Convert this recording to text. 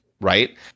right